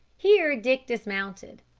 here dick dismounted.